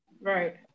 Right